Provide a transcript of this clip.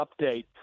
update